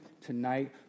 tonight